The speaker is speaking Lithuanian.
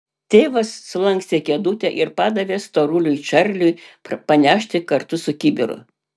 tėvas sulankstė kėdutę ir padavė storuliui čarliui panešti kartu su kibiru